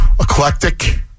eclectic